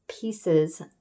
pieces